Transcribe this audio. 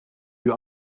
you